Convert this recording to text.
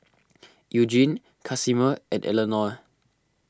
Eugene Casimer and Eleonore